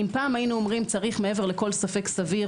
אם פעם היינו אומרים: צריך מעבר לכל ספק סביר